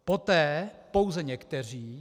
Poté pouze někteří.